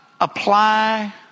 apply